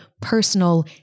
personal